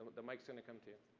the mic's gonna come to